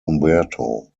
umberto